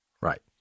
right